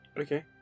Okay